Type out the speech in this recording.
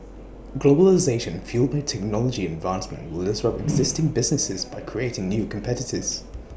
globalisation fuelled by technology advancement will disrupt existing businesses by creating new competitors